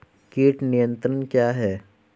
कीट नियंत्रण क्या है?